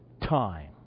time